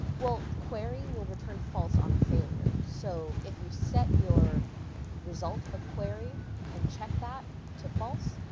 well, query will return false on failure. so if you set your result of query and check that to false,